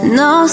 no